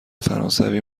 فرانسوی